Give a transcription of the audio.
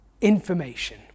information